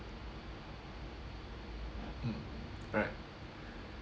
mm right